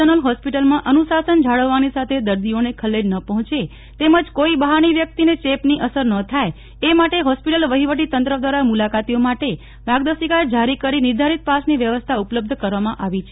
general હોસ્પિટલમાં અનુશાસન જાળવવાની સાથે દર્દીઓને ખલેલ ન પહોંચે તેમજ કોઈ બહારની વ્યક્તિને ચેપની અસર ન થાય એ માટે હોસ્પિટલ વહીવટીતંત્ર દ્વારા મુલાકાતીઓ માટે માર્ગદર્શિકા જારી કરી નિર્ધારિત પાસની વ્યવસ્થા ઉપલબ્ધ બનાવવામાં આવી છે